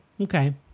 Okay